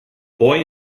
boy